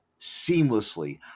seamlessly